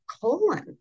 colon